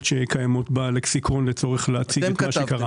שקיימות בלקסיקון כדי להציג את מה שקרה פה.